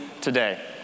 today